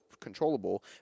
controllable